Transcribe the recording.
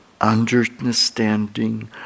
understanding